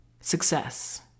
success